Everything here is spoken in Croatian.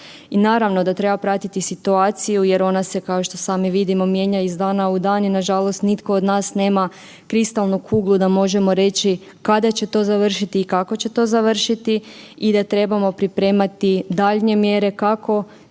I naravno da treba pratiti situaciju jer ona se kao što sami vidimo mijenja iz dana u dan i nažalost nitko od nas nema kristalnu kuglu da možemo reći kada će to završiti i kako će to završiti i da trebamo pripremati daljnje mjere kako za zaštitu